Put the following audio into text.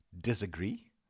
disagree